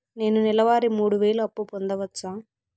నేను నెల వారి మూడు వేలు అప్పు పొందవచ్చా?